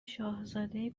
شاهزاده